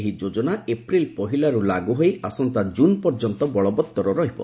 ଏହି ଯୋଜନା ଏପ୍ରିଲ୍ ପହିଲାରୁ ଲାଗୁ ହୋଇ ଆସନ୍ତା କୁନ୍ ପର୍ଯ୍ୟନ୍ତ ବଳବତ୍ତର ରହିବ